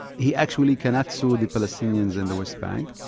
he actually cannot sue the palestinians in the west bank,